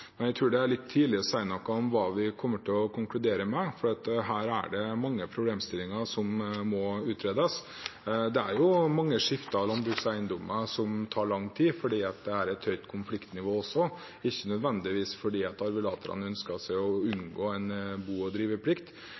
Men jeg tror det er litt tidlig å si noe om hva vi kommer til å konkludere med, for her er det mange problemstillinger som må utredes. Det er jo mange skifter av landbrukseiendommer som tar lang tid fordi det er et høyt konfliktnivå, også – ikke nødvendigvis fordi arvelaterne ønsker å unngå bo- og driveplikt.